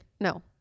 No